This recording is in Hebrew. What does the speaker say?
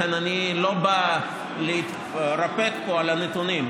לכן אני לא בא להתרפק פה על הנתונים.